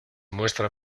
muestra